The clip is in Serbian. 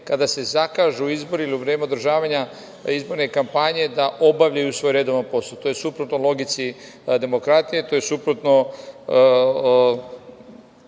kada se zakažu izbori ili u vreme održavanja izborne kampanje da obavljaju svoj redovan posao. To je suprotno logici demokratije, to je suprotno,